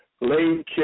Lane